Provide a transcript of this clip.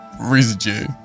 residue